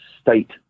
state